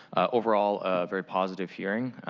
overall, ah a very positive hearing.